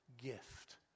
gift